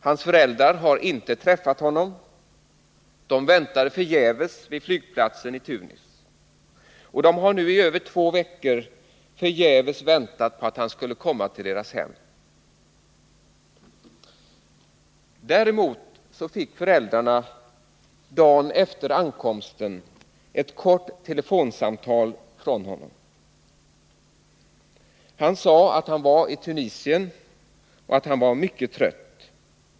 Hans föräldrar har inte träffat honom. De väntade förgäves vid flygplatsen i Tunis. De har nu i över två veckor förgäves väntat att han skulle komma till deras hem. Däremot fick föräldrarna dagen efter ankomsten ett kort telefonsamtal från sin son. Han sade att han var i Tunisien och att han var mycket trött.